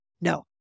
No